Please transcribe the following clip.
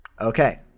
Okay